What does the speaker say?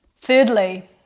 Thirdly